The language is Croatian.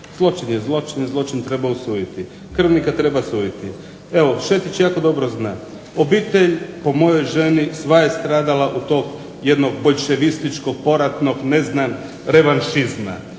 Zločin je zločin i zločin treba osuditi, krvnika treba suditi. Evo Šetić jako dobro zna. Obitelj po mojoj ženi sva je stradala od tog jednog boljševističkog, poratnog revanšizma,